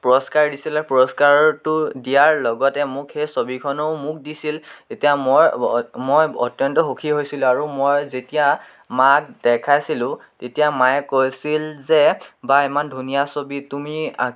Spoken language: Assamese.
পুৰস্কাৰ দিছিলে পুৰস্কাৰটো দিয়াৰ লগতে মোক সেই ছবিখনো মোক দিছিল তেতিয়া মই মই অত্যন্ত সুখী হৈছিলোঁ আৰু মই যেতিয়া মাক দেখাইছিলোঁ তেতিয়া মায়ে কৈছিল যে বাঃ ইমান ধুনীয়া ছবি তুমি